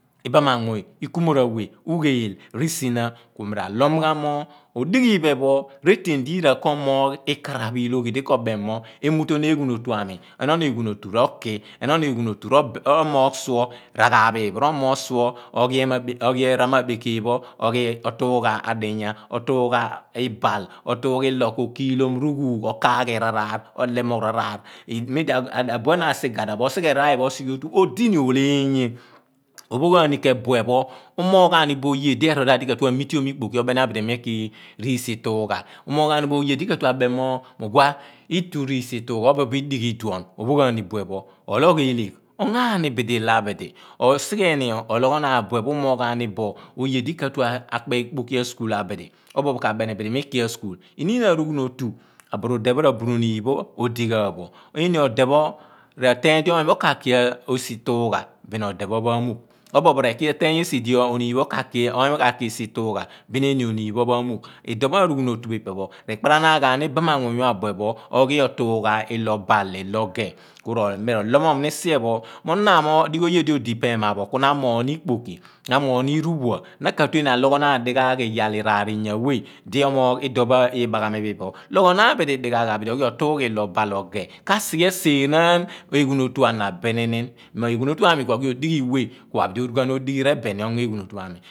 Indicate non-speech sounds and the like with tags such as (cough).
Ibam amuny, ikumorawe, ugheel, r'iisina ku mi ra loom ghan mo odighi ephen pho reteẹn di yira ko moogh ikaaraph i loghi diko beẹm mo emutoun eghuun otu ami, enoun eghunotu roki, enoụn eghun noto remoogh suor r'aghaaph phi phen pho, romoogh suor oghi ema a keekeeny pho oghi otuugha adiye otu gha ibaal, otuugh ilo ko kighiiloom rughuugh, ilo ko kaaghi iraaraar, olemoogh r'aaraar (unintelligible) memdi abuen asighada pho mo seghe r'aaraar pho i phen pho osighe otu. odini ooleenye ophoogh gbaani keen bue pho umoogh gba ni bo oye lo erool maadi ka tue amitium ikpoki oneemiabidi mo ughua iki esi ituugha umooghaani boọ oye di kabeeni mo itu riisi itugha, obo obo nmo idighi iduon opho gha ni ni buepho oloogh eeleegh, ongoāami bidi ilo abidi osighe ni ologhonaan bu phe pho, umoogh gbaa ni ḇo oye di ka tue akpe ikpoki a school abidi. Oboobo a beeni bidi mo iki a school iniin a rughuunotu aburude pho r'aburuniin pho odighaabo. Eeni odepho maanuugh obobo reki oteeny esi dio oony pho kaki esi ituugha bin oniin pho ma muugh idọ phọ arughuun otu pho ipe pho reekaraneen ghaani ibaan anmuny pho abue pho oghi otuugha ilo baal r'iilo gha. kuroloọ muum ni siee pho mo na amoogb, adighi oye do odi pa ema pho ku na a moogh ni ikpoki, na emoogh ni r'uphuua, na katue ni aloogho naan ḏi ghaagh iyaal, iraar, inyaạ awe di umoogh ode pho imaghaa mi phi phen pho. Loọghọ naan bidi dighaạgh oghi otuugha ilo-obaal r'oghe kāsighe aseẹh naan eghuun otu a na bin. Mo eghuun otu ami ku oghi odi ghi weh ku bi di orughan odighi rebeẹne ongoghan eghuun otuami.